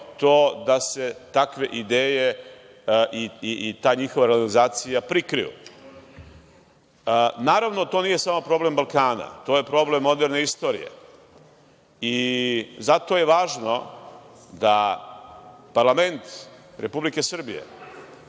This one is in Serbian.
to da se takve ideje i ta njihova realizacija prikriju. Naravno to nije samo problem Balkana, to je problem moderne istorije. I zato je važno da parlament Republike Srbije,